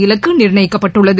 இலக்கு நிர்ணயிக்கப்பட்டுள்ளது